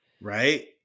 right